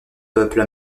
peuple